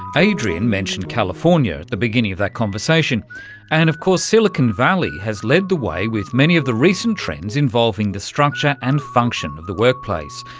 adrian mentioned california at the beginning of that conversation and of course silicon valley has led the way with many of the recent trends involving the structure and function of the workplace,